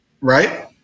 right